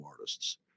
artists